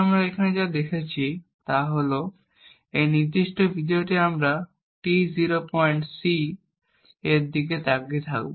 আমরা এখানে যা দেখছি তা হল এই নির্দিষ্ট ভিডিওতে আমরা T0c এর দিকে তাকিয়ে থাকব